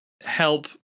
help